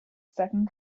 second